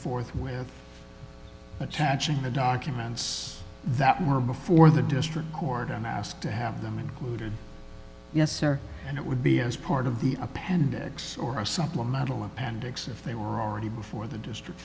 forthwith attaching the documents that were before the district court and ask to have them yes sir and it would be as part of the appendix or a supplemental appendix if they were already before the district